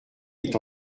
est